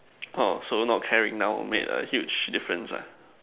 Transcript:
orh so not caring now made a huge difference ah